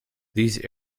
these